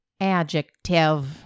Adjective